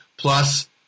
Plus